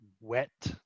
wet